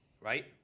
Right